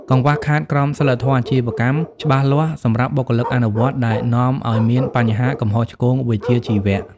កង្វះខាត "ក្រមសីលធម៌អាជីវកម្ម" ច្បាស់លាស់សម្រាប់បុគ្គលិកអនុវត្ត ដែលនាំឱ្យមានបញ្ហាកំហុសឆ្គងវិជ្ជាជីវៈ។